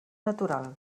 natural